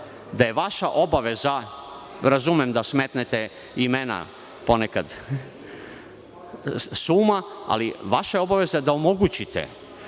da je vaša obaveza, razumem da smetnete imena ponekad sa uma, ali vaša je obaveza da omogućite